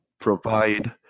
provide